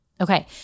Okay